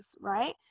right